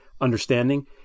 understanding